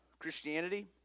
Christianity